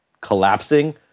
collapsing